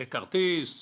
לכרטיס,